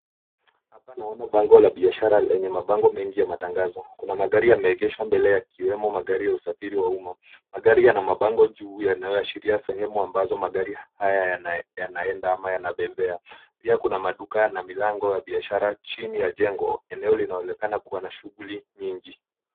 Hapa naona bango la biashara lenye mabango mengi ya matangazo. Kuna magari yameegeshwa mbele yakiwemo magari ya usafiri wa uma. Magari yana mabango juu yanayoashiria sehemu ambayo magari haya yanaenda ama yanapepea. Pia kuna milango na maduka ya kibiasha chini ya hengo. Eneo linaonekana kuwa na shughuli nyinyi.